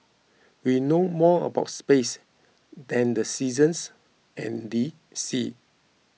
we know more about space than the seasons and the seas